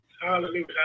Hallelujah